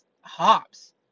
hops